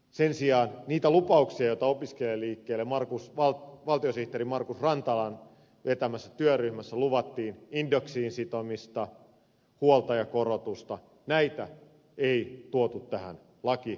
sen sijaan niitä lupauksia joita opiskelijaliikkeelle valtiosihteeri markus rantalan vetämässä työryhmässä luvattiin indeksiin sitomista huoltajakorotusta ei tuotu tähän lakiesitykseen